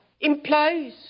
implies